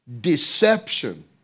Deception